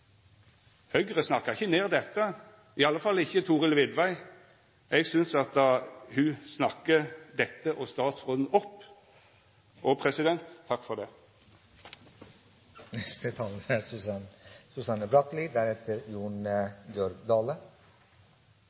snakkar ikkje ned dette, i alle fall ikkje Thorhild Widvey. Eg synest ho snakkar dette og statsråden opp – og takk for det! Når temaet er